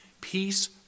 Peace